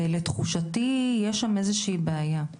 ולתחושתי יש שם איזו שהיא בעיה.